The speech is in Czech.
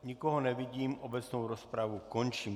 Nikoho nevidím, obecnou rozpravu končím.